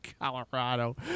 Colorado